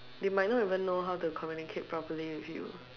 they might not even know how to communicate properly with you